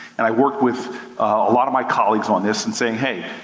and i worked with a lot of my colleagues on this, and saying hey,